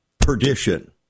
perdition